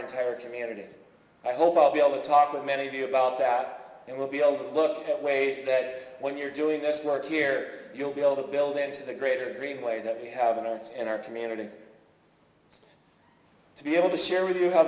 entire community i hope i'll be able to talk with many of you about that and we'll be able to look at ways that when you're doing this work here you'll be able to build into the greater green way that we haven't in our community to be able to share with you h